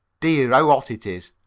dear, ow ot it is!